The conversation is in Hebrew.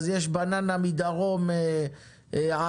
אז יש גם בננה בדרום: ערד,